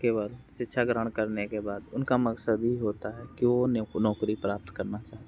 केवल शिक्षा ग्रहण करने के बाद उनका मकसद ही होता है कि वह नौकरी प्राप्त करना चाहते